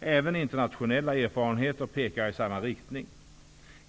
Även internationella erfarenheter pekar i samma riktning.